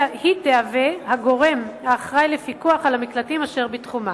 היא תהיה הגורם האחראי לפיקוח על המקלטים אשר בתחומה".